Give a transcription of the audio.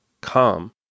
Calm